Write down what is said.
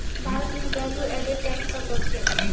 भारत में value added tax का विरोध किया गया